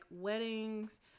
weddings